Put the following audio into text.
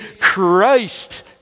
Christ